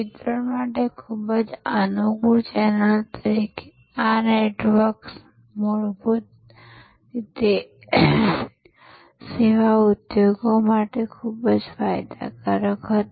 વિતરણ માટે ખૂબ જ અનુકૂળ ચેનલ તરીકે આ નેટવર્ક્સ મૂળભૂત રીતે સેવા ઉદ્યોગો માટે ખૂબ જ ફાયદાકારક હતા